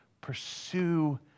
pursue